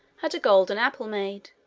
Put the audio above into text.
had a golden apple made,